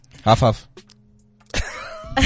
Half-half